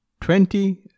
twenty